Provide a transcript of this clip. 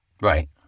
Right